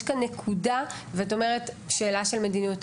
יש כאן נקודה ואת אומרת שאלה של מדיניות.